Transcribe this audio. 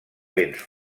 vents